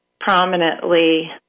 prominently